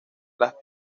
las